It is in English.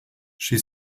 she